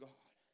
God